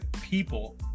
people